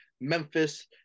Memphis